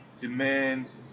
demands